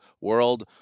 world